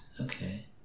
Okay